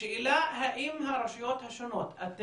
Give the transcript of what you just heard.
השאלה האם הרשויות השונות, אתם,